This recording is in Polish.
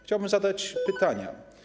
Chciałbym zadać pytania.